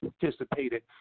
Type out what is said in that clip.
participated